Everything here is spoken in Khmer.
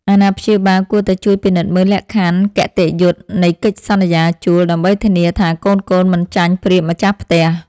អាណាព្យាបាលគួរតែជួយពិនិត្យមើលលក្ខខណ្ឌគតិយុត្តនៃកិច្ចសន្យាជួល ដើម្បីធានាថាកូនៗមិនចាញ់ប្រៀបម្ចាស់ផ្ទះ។